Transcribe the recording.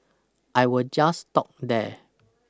I will just stop there